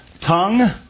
tongue